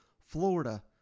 Florida